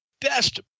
Best